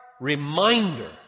reminder